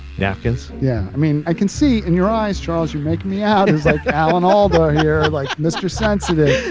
napkins. yeah. i mean, i can see in your eyes. charles, you make me out. like allen, although you're like mr. sensitive.